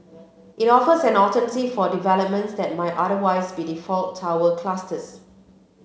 it offers an alternative for developments that might otherwise be default tower clusters